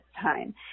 time